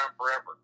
forever